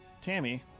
Tammy